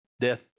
Death